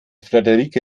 friederike